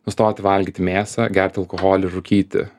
nustoti valgyti mėsą gerti alkoholį rūkyti